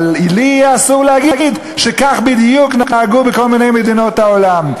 אבל לי יהיה אסור להגיד שכך בדיוק נהגו בכל מיני מדינות העולם.